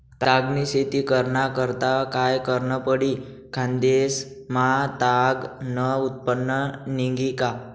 ताग नी शेती कराना करता काय करनं पडी? खान्देश मा ताग नं उत्पन्न निंघी का